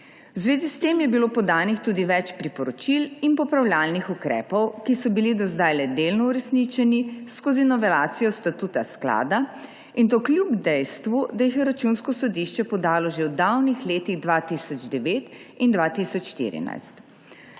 V zvezi s tem je bilo podanih tudi več priporočil in popravljalnih ukrepov, ki so bili do zdaj le delno uresničeni skozi novelacijo statuta sklada, in to kljub dejstvu, da jih je Računsko sodišče podalo že v davnih letih 2009 in 2014.